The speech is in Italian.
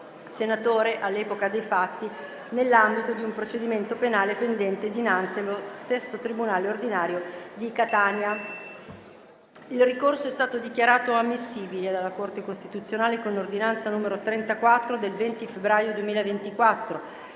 senatore all'epoca dei fatti, nell'ambito di un procedimento penale pendente dinanzi allo stesso tribunale ordinario di Catania. Il ricorso è stato dichiarato ammissibile dalla Corte costituzionale con ordinanza n. 34 del 20 febbraio 2024,